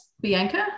bianca